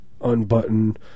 unbutton